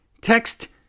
text